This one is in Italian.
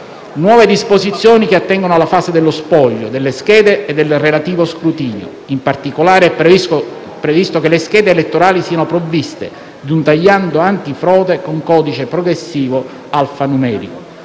nuove disposizioni che attengono alla base dello spoglio delle schede e del relativo scrutinio. In particolare, è previsto che le schede elettorali siano provviste di un tagliando antifrode con codice progressivo alfanumerico.